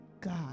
God